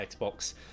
xbox